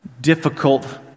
difficult